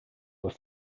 were